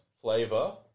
flavor